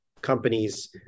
companies